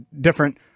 different